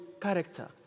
character